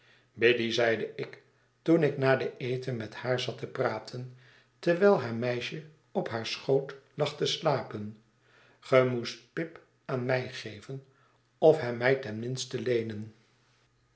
biddy zeide ik toen ik na den eten met haar zat te praten terwijl haar meisje op haar schoot lag te slapen ge moest pip aan mij geven of hem my ten minste leenen